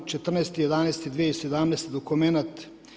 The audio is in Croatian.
14. 11. 2017. dokumenat.